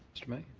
mr. may,